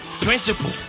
principle